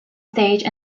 stage